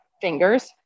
fingers